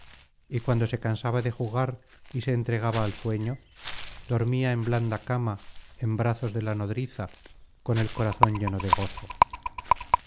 y cuando se cansaba de jugar y se entregaba al sueño dormía en blanda cama en brazos de la nodriza con el corazón lleno de gozo